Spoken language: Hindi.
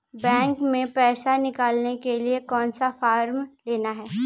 बैंक में पैसा निकालने के लिए कौन सा फॉर्म लेना है?